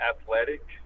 athletic